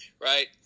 right